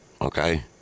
Okay